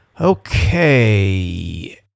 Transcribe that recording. Okay